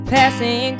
passing